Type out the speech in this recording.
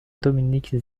dominique